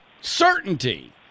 certainty